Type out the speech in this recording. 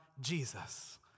Jesus